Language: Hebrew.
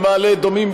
במעלה-אדומים,